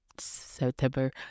september